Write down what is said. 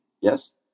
Yes